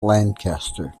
lancaster